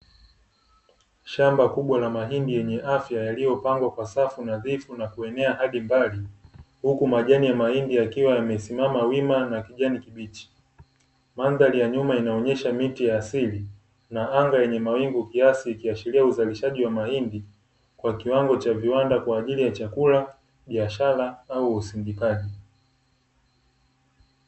Shamba kubwa la mahindi yenye afya yaliyopangwa kwa safu nadhifu na kuenea hadi mbali, huku majani ya mahindi yakiwa yamesimama wima na ya kijani kibichi. Mandhari ya nyuma inaonyesha miti ya asili na anga lenye mawingu kiasi ikiashiria uzalishaji wa mahindi, kwa kiwango cha viwanda kwa ajili ya chakula, biashara au usindikaji.